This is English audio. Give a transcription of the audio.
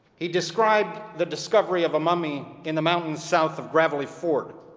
he described the discovery of a mummy in the mountains south of gravelly ford.